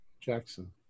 Jackson